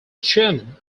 chairman